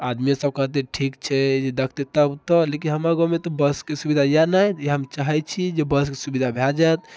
आदमी सब कहतै ठीक छै देखतै तब तऽ लेकिन हमरा गाँवमे बसके सुविधा यऽ नहि इहए हम चाहैत छी जे बसके सुविधा भए जाएत